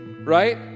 right